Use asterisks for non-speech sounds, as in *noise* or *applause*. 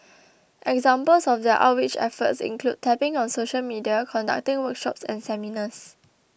*noise* examples of their outreach efforts include tapping on social media conducting workshops and seminars